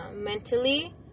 mentally